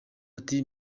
ati